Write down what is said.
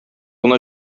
гына